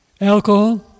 Alcohol